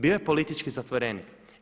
Bio je politički zatvorenik.